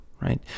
right